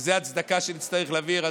וזו הצדקה שנצטרך להעביר,